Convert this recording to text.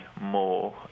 more